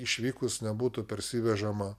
išvykus nebūtų parsivežama